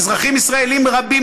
אזרחים ישראלים רבים,